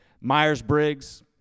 Myers-Briggs